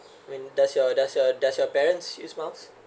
when does your does your does your parents use miles